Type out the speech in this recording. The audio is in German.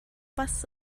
was